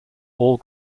all